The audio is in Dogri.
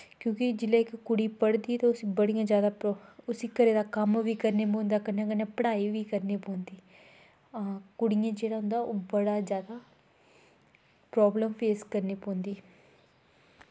क्योंकि जिल्लै इक कुड़ी पढ़दी ते उस्सी बड़ी जादा उस्सी घरै दा कम्म बी करने पौंदा कन्नै कन्नै पढ़ाई बी करनी पौंदी कुड़ियें जेह्ड़ा होंदा ओह् बड़ा जादा प्राब्लम फेस करनी पौंदी